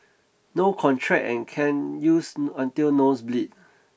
no contract and can use until nose bleed